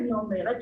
אני אומרת,